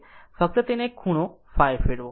ફક્ત તેને આ એક ખૂણો ϕ ફેરવો